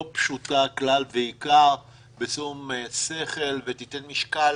הלא פשוטה כלל ועיקר, בשום שכל, ותיתן משקל